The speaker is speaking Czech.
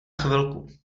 chvilku